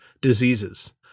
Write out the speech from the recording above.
diseases